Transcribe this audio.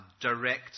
direct